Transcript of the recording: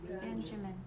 Benjamin